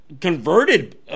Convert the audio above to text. converted